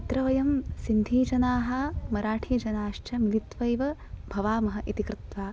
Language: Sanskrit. तत्र वयं सिन्धीजनाः मराठीजनाश्च मिलित्वैव भवामः इति कृत्वा